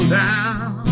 down